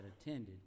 attended